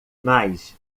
mais